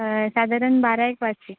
साधारण बारा एक वाजतील